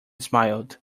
smiled